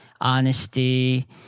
honesty